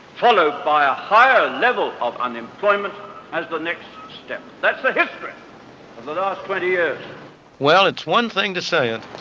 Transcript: followed by a higher level of unemployment as the next step. that's the history of the last twenty years. friedman well, it's one thing to say it.